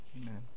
amen